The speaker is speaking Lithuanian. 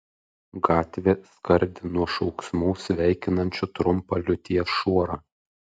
gatvė skardi nuo šauksmų sveikinančių trumpą liūties šuorą